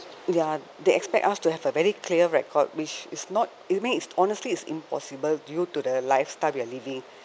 ya they expect us to have a very clear record which is not I mean honestly it's impossible due to the lifestyle we're living